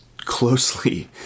closely